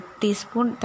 teaspoon